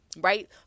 right